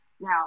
Now